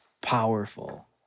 powerful